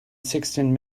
sixteen